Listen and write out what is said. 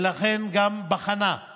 ולכן גם בחנה את